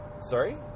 Sorry